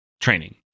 training